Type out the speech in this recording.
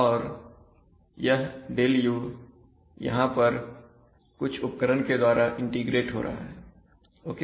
और यह ΔU यहां पर कुछ उपकरण के द्वारा इंटीग्रेट हो रहा है ओके